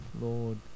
Lord